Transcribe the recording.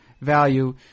value